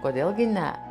kodėl gi ne